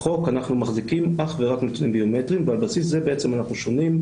בחוק אנחנו מחזיקים אך ורק נתונים ביומטריים ועל בסיס זה אנחנו שונים.